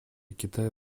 китая